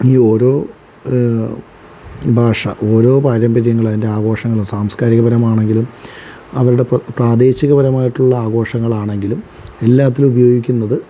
ഈ ഓരോ ഭാഷ ഓരോ പാരമ്പര്യങ്ങള് അതിൻ്റെ ആഘോഷങ്ങള് സാംസ്കാരികപരമാണെങ്കിലും അവരുടെ പ്രാദേശികപരമായിട്ടുള്ള ആഘോഷങ്ങളാണെങ്കിലും എല്ലാത്തിലും ഉപയോഗിക്കുന്നത്